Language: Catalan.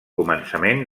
començament